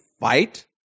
Fight